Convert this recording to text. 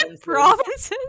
provinces